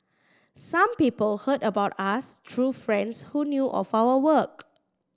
some people heard about us through friends who knew of our work